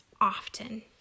often